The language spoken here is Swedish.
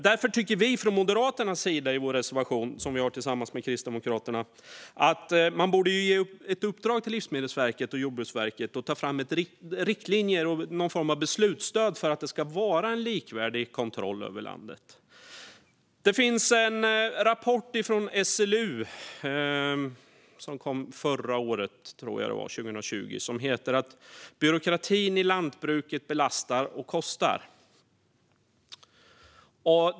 Därför tycker vi från Moderaternas sida i vår reservation, som vi har tillsammans med Kristdemokraterna, att man borde ge ett uppdrag till Livsmedelsverket och Jordbruksverket att ta fram riktlinjer och någon form av beslutsstöd för att det ska kunna vara en likvärdig kontroll över landet. Det finns en rapport från SLU, som jag tror kom förra året, alltså 2020, som heter Byråkratin i lantbruket belastar och kostar .